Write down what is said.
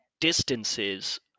distances